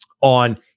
on